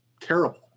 terrible